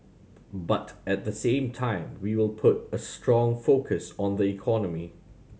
but at the same time we will put a strong focus on the economy